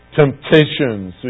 temptations